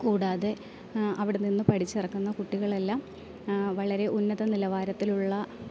കൂടാതെ അവിടെ നിന്ന് പഠിച്ചിറങ്ങുന്ന കുട്ടികളെല്ലാം വളരെ ഉന്നത നിലവാരത്തിലുള്ള